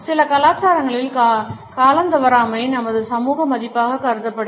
சில கலாச்சாரங்களில் காலந்தவறாமை நமது சமூக மதிப்பாக கருதப்படுகிறது